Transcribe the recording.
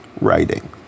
writing